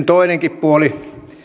toinenkin puoli olen